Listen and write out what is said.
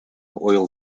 oil